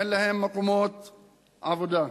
אין להם מקומות עבודה.